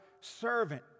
servant